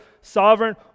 sovereign